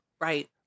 Right